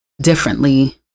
differently